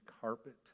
carpet